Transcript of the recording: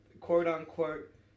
quote-unquote